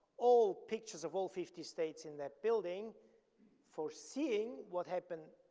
all pictures of all fifty states in that building for seeing what happened